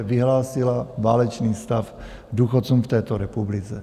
Vyhlásila válečný stav důchodcům v této republice.